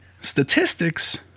statistics